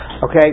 Okay